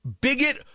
bigot